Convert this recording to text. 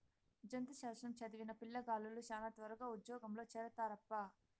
జంతు శాస్త్రం చదివిన పిల్లగాలులు శానా త్వరగా ఉజ్జోగంలో చేరతారప్పా